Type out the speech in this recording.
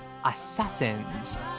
Assassin's